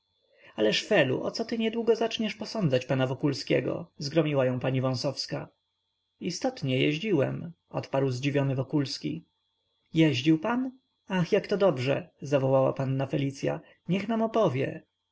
ależ felu o co ty niedługo zaczniesz posądzać pana wokulskiego zgromiła ją pani wąsowska istotnie jeździłem odparł zdziwiony wokulski jeździł pan ach jak to dobrze zawołała panna felicya niech nam opowie